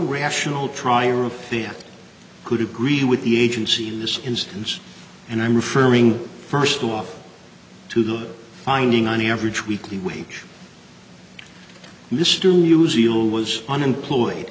rational trier of them could agree with the agency in this instance and i'm referring first off to the finding on average weekly wage mr musial was unemployed